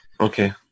Okay